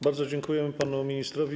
Bardzo dziękuję panu ministrowi.